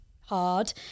hard